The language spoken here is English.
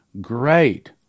Great